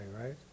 right